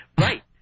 Right